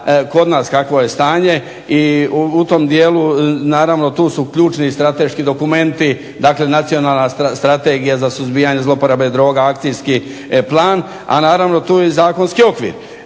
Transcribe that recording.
kod nas kakvo je stanje i u tom dijelu naravno tu su ključni strateški dokumenti, dakle Nacionalna strategija za suzbijanje zlouporabe droga, akcijski plan, a naravno tu je i zakonski okvir.